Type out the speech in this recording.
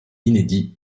inédit